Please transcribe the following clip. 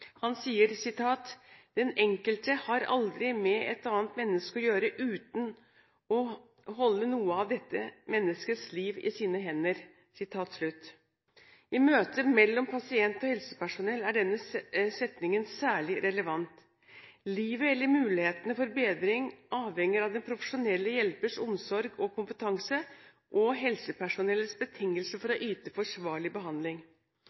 Han sier: «Den enkelte har aldrig med et andet menneske at gøre uden at han holder noget af dets liv i sin hånd.» I møtet mellom pasient og helsepersonell er denne setningen særlig relevant. Livet eller mulighetene for bedring avhenger av den profesjonelle hjelperens omsorg og kompetanse – og helsepersonellets betingelser for å yte forsvarlig behandling.